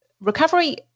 Recovery